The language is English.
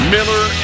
Miller